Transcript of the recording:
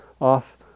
off